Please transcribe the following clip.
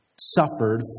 suffered